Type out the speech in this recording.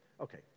Okay